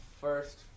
First